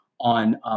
on